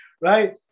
right